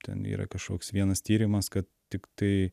ten yra kažkoks vienas tyrimas kad tiktai